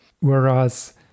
whereas